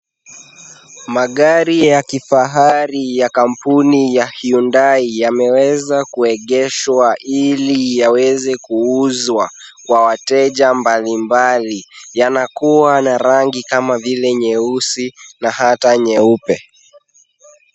Magari ya kifahari ya kampuni ya Hyundai, yameweza kuegeshwa ili yaweze kuuzwa kwa wateja mbalimbali. Yanakuwa na rangi kama vile nyeusi na hata nyeupe.